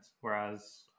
Whereas